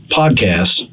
podcast